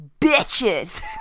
bitches